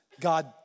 God